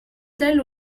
tell